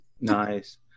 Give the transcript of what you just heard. Nice